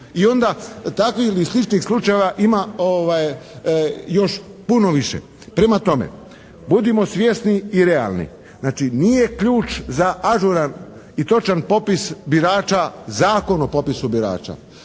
I onda takvih ili sličnih slučajeva ima još puno više. Prema tome, budimo svjesni i realni. Znači, nije ključ za ažuran i točan popis birača Zakon o popisu birača.